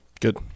Good